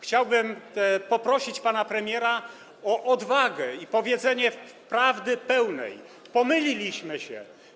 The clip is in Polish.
Chciałbym poprosić pana premiera o odwagę i powiedzenie pełnej prawdy: Pomyliliśmy się.